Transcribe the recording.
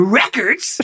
records